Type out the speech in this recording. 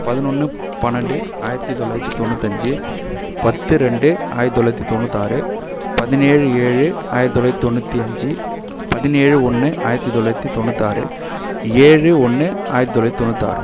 பதினொன்னு பனெண்டு ஆயிரத்து தொள்ளாயிரத்து தொண்ணூத்தஞ்சு பத்து ரெண்டு ஆயிரத்து தொள்ளாயிரத்து தொண்ணூத்தாறு பதினேழு ஏழு ஆயிரத்து தொள்ளாயிரத்து தொண்ணூற்றி அஞ்சு பதினேழு ஒன்று ஆயிரத்து தொள்ளாயிரத்து தொண்ணூத்தாறு ஏழு ஒன்று ஆயிரத் தொள்ளாயிரத்து தொண்ணூத்தாறு